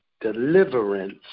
deliverance